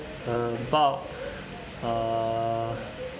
about uh